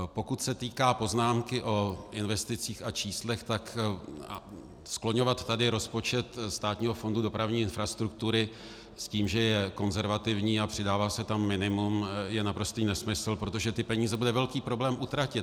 Pokud se týká poznámky o investicích a číslech, tak skloňovat tady rozpočet Státního fondu dopravní infrastruktury s tím, že je konzervativní a přidává se tam minimum, je naprostý nesmysl, protože ty peníze byly velký problém utratit.